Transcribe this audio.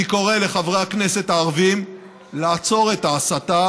אני קורא לחברי הכנסת הערבים לעצור את ההסתה